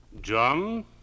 John